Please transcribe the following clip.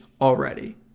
already